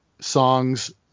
songs